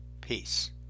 peace